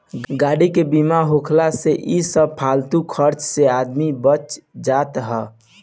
गाड़ी के बीमा होखला से इ सब फालतू खर्चा से आदमी बच जात हअ